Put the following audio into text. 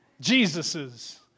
Jesus's